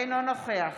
אינו נוכח